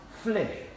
flesh